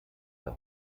der